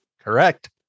Correct